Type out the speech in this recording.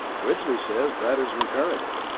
ridgely says that is reparable.